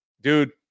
dude